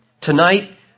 tonight